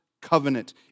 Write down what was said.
covenant